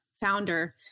founder